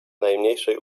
najmniejszej